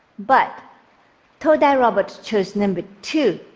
but todai robot chose number two,